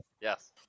Yes